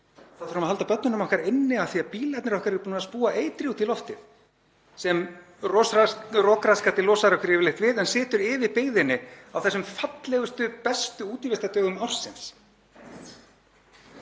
þá þurfum við að halda börnunum okkar inni af því að bílarnir okkar eru búnir að spúa eitri út í loftið, sem rokrassgatið losar okkur yfirleitt við en situr yfir byggðinni á þessum fallegustu, bestu útivistardögum ársins.